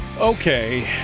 okay